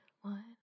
one